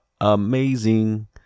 amazing